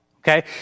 okay